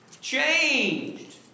Changed